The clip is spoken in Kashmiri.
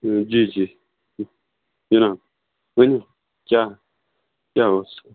جی جی جِناب ؤنِو کیٛاہ کیٛاہ اوس